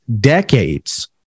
decades